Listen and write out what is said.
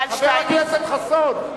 חבר הכנסת חסון,